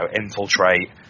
infiltrate